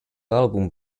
album